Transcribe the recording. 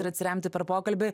ir atsiremti per pokalbį